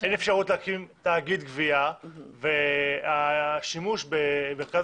אין אפשרות להקים תאגיד גבייה והשימוש במרכז